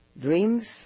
Dreams